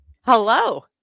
Hello